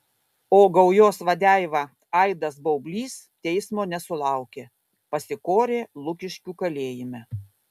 o gaujos vadeiva aidas baublys teismo nesulaukė pasikorė lukiškių kalėjime